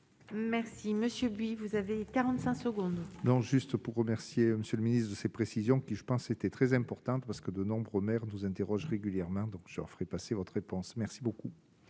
Merci, monsieur, vous avez 45 secondes. Non, juste pour remercier Monsieur le Ministre, de ces précisions, qui je pense, était très importante parce que de nombreux maires nous interroge régulièrement, donc ça ferait passer votre réponse merci beaucoup.